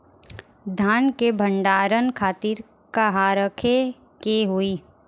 धान के भंडारन खातिर कहाँरखे के होई?